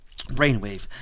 Brainwave